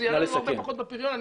זה יעלה לנו הרבה פחות בפריון.